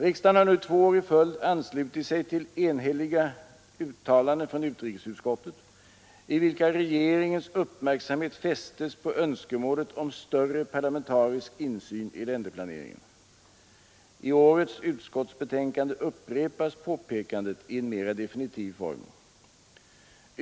Riksdagen har nu två år i följd anslutit sig till enhälliga uttalanden från utrikesutskottet, i vilka regeringens uppmärksamhet fästes på önskemålet om större parlamentarisk insyn i länderplaneringen. I årets utskottsbetänkande upprepas påpekandet i en mera definitiv form.